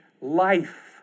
life